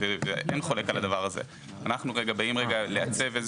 אין חולק על הדבר הזה.